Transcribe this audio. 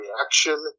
reaction